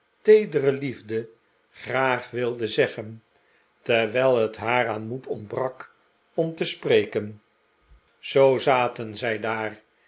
teedere liefde graag wilde zeggen terwijl het haar aan moed ontbrak om te spreken zoo zaten zij daar